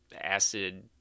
acid